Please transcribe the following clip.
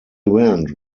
event